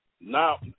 now